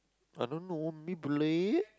I don't know maybe leh